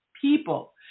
People